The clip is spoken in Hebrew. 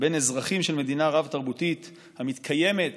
בין אזרחים של מדינה רב-תרבותית המתקיימת